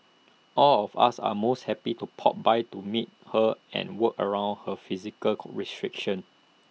all of us are most happy to pop by to meet her and work around her physical restrictions